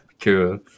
cool